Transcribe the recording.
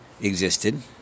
existed